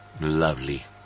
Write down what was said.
Lovely